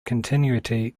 continuity